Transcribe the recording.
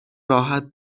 راحت